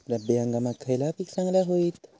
रब्बी हंगामाक खयला पीक चांगला होईत?